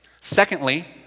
Secondly